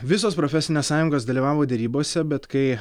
visos profesinės sąjungos dalyvavo derybose bet kai